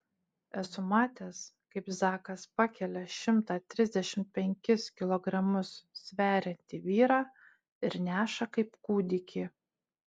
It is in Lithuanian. esu matęs kaip zakas pakelia šimtą trisdešimt penkis kilogramus sveriantį vyrą ir neša kaip kūdikį